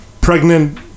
pregnant